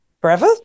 forever